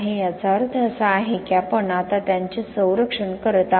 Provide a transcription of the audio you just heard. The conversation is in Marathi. याचा अर्थ असा आहे की आपण आता त्याचे संरक्षण करत आहात